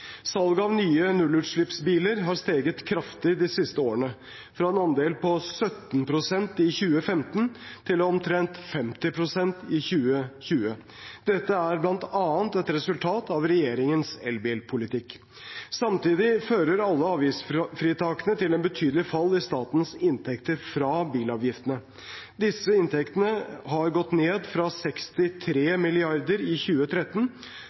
Salget av nye nullutslippsbiler har steget kraftig de siste årene, fra en andel på 17 pst. i 2015 til omtrent 50 pst. i 2020. Dette er bl.a. et resultat av regjeringens elbilpolitikk. Samtidig fører alle avgiftsfritakene til et betydelig fall i statens inntekter fra bilavgiftene. Disse inntektene har gått ned fra 63 mrd. kr i 2013